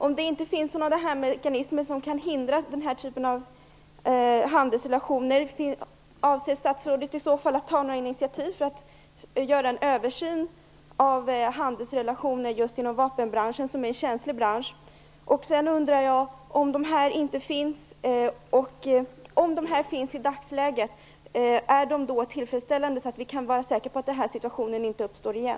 Om det inte finns sådana mekanismer som kan hindra den här typen av handelsrelationer, avser statsrådet i så fall att ta initiativ till en översyn av handelsrelationer just inom vapenbranschen, som är en känslig bransch? Vidare undrar jag om sådana mekanismer, om de finns i dagsläget, är tillfredsställande, så att vi kan vara säkra på att den här situationen inte uppstår igen.